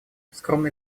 скромный